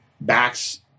backs